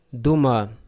Duma